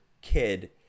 kid